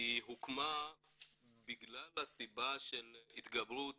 הוקמה בגלל הסיבה של התגברות